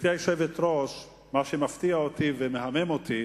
מה שמפתיע אותי ומהמם אותי